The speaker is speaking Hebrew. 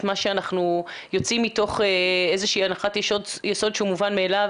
מה שאנחנו יוצאים מתוך איזו שהיא הנחת יסוד שהוא מובן מאליו,